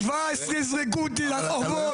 ב-17 יזרקו אותי לרחובות.